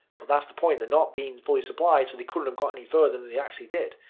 but that's the point, they're not being fully supplied so they couldn't have got any further than they actually did.